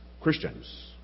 Christians